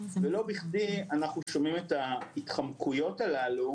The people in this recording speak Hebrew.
לא בכדי אנחנו שומעים את ההתחמקויות הללו